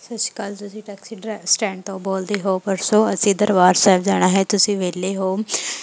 ਸਤਿ ਸ਼੍ਰੀ ਅਕਾਲ ਜੀ ਤੁਸੀਂ ਟੈਕਸੀ ਡਰੈ ਸਟੈਂਡ ਤੋਂ ਬੋਲਦੇ ਹੋ ਪਰਸੋਂ ਅਸੀਂ ਦਰਬਾਰ ਸਾਹਿਬ ਜਾਣਾ ਹੈ ਤੁਸੀਂ ਵੇਹਲੇ ਹੋ